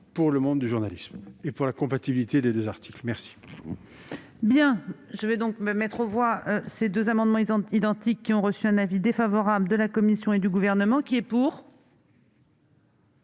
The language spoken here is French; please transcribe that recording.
pour le monde du journalisme comme pour la compatibilité des deux articles. Je